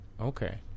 Okay